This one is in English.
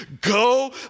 Go